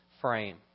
frame